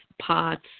POTS